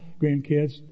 grandkids